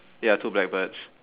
ya two black birds